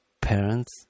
parents